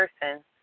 person